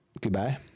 goodbye